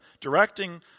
directing